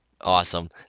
Awesome